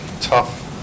tough